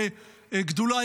בגדולה,